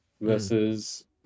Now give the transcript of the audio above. versus